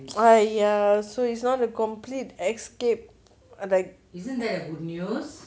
!aiya! so it's not a complete escape like